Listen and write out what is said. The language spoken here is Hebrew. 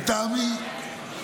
לטעמי.